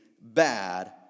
bad